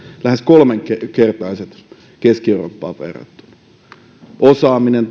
lähes kolminkertaiset keski eurooppaan verrattuna toki osaaminen